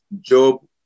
Job